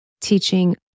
teaching